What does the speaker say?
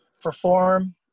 perform